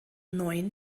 neun